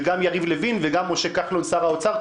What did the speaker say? וגם יריב לוין וגם משה כחלון שר האוצר,